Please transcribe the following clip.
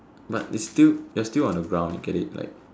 but it's still you're still on the ground you get it like